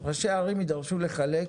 ראשי הערים יידרשו לחלק